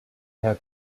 herr